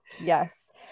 Yes